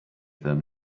them